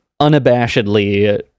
unabashedly